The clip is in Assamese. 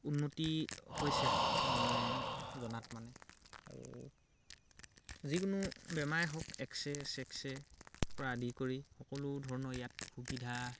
উন্নতি হৈছে মই জনাত মানে আৰু যিকোনো বেমাৰে হওক এক্স ৰে চেক্স ৰে পৰা আদি কৰি সকলো ধৰণৰ ইয়াত সুবিধা